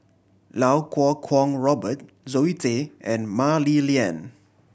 Lau Kuo Kwong Robert Zoe Tay and Mah Li Lian